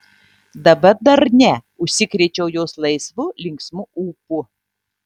dabar dar ne užsikrėčiau jos laisvu linksmu ūpu